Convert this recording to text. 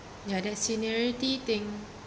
ya that seniority thing